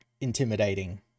intimidating